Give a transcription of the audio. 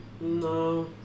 No